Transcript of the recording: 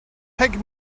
take